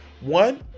One